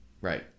right